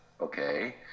okay